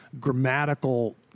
grammatical